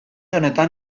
honetan